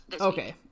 Okay